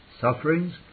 Sufferings